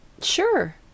Sure